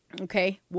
okay